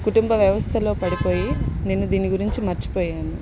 కుటుంబ వ్యవస్థలో పడిపోయి నేను దీన్ని గురించి మర్చిపోయాను